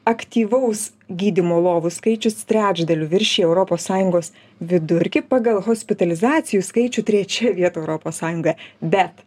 aktyvaus gydymo lovų skaičius trečdaliu viršija europos sąjungos vidurkį pagal hospitalizacijos skaičių trečia vieta europos sąjungoje bet